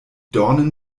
dornen